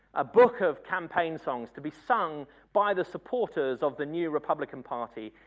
a book of campaign songs to be sung by the supporters of the new republican party,